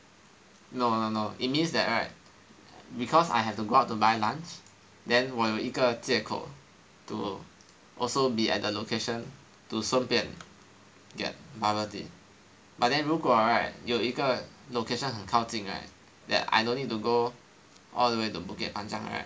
no no no it means that right because I have to go out to buy lunch then 我有一个借口 to also be at the location to 顺便 get bubble tea but then 如果 right 有一个 location 很靠近 right that I don't need to go all the way to Bukit Panjang right